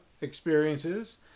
experiences